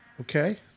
Okay